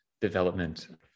development